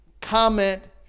comment